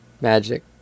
Magic